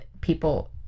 people